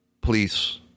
police